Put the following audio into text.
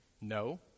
no